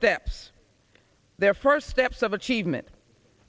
steps their first steps of achievement